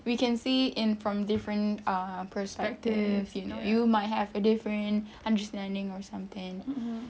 we can see in from different uh perspectives you might have a different understanding or something